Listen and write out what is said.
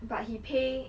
but he pay